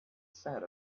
said